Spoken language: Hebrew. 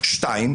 דבר שני,